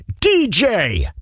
DJ